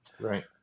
Right